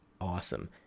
awesome